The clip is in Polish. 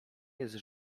jest